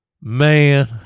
Man